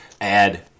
add